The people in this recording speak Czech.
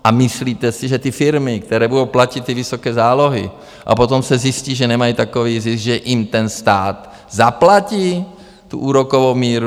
A myslíte si, že ty firmy, které budou platit ty vysoké zálohy, a potom se zjistí, že nemají takový zisk, že jim ten stát zaplatí tu úrokovou míru?